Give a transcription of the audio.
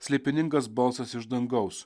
slėpiningas balsas iš dangaus